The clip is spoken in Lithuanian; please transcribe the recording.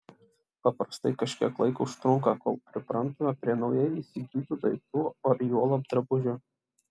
paprastai kažkiek laiko užtrunka kol priprantame prie naujai įsigytų daiktų ar juolab drabužių